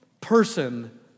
person